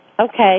Okay